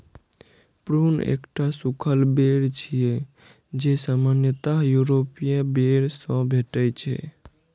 prune एकटा सूखल बेर छियै, जे सामान्यतः यूरोपीय बेर सं भेटै छै